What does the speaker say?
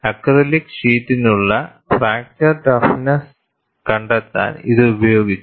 acrylic ഷീറ്റിനുള്ള fracture toughness കണ്ടെത്താൻ ഇത് ഉപയോഗിച്ചു